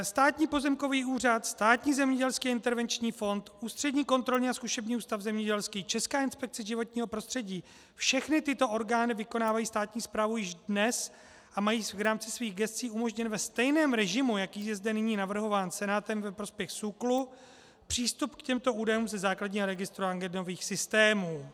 Státní pozemkový úřad, Státní zemědělský a intervenční fond, Ústřední kontrolní a zkušební ústav zemědělský, Česká inspekce životního prostředí, všechny tyto orgány vykonávají státní správu již dnes a mají v rámci svých gescí umožněn ve stejném režimu, jako je zde nyní navrhován Senátem ve prospěch SÚKLu, přístup k těmto údajům ze základního registru agendových systémů.